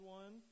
one